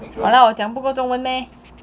!walao! 我讲不够中文 meh